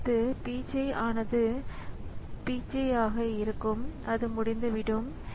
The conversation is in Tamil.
எனவே யுனிக்ஸ் ஆப்பரேட்டிங் ஸிஸ்டத்தில் உருவாக்கப்பட்ட முதல் செயல்முறை இதுவாகும்